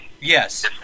Yes